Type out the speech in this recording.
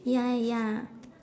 ya ya